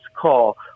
call